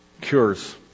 cures